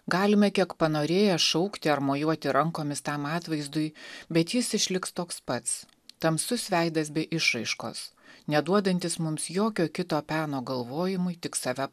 galime kiek panorėję šaukti ar mojuoti rankomis tam atvaizdui bet jis išliks toks pats tamsus veidas be išraiškos neduodantis mums jokio kito peno galvojimui tik save